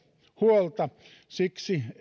huolta siksi